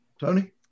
Tony